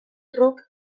truk